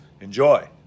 Enjoy